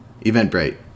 Eventbrite